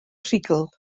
rhugl